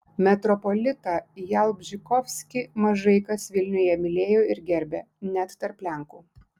metropolitą jalbžykovskį mažai kas vilniuje mylėjo ir gerbė net tarp lenkų